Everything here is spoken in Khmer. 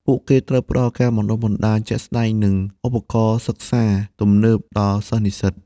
ពួកគេត្រូវផ្តល់ការបណ្តុះបណ្តាលជាក់ស្តែងនិងឧបករណ៍សិក្សាទំនើបដល់សិស្សនិស្សិត។